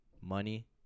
money